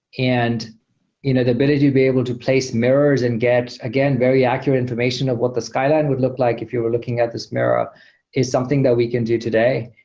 and you know the ability to be able to place mirrors and get, again, very accurate information of what the skyline would look like if you were looking at this mirror is something that we can do today.